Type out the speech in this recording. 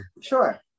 Sure